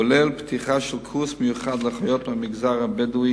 כולל פתיחה של קורס מיוחד לאחיות מהמגזר הבדואי,